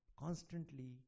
constantly